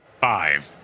Five